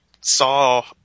saw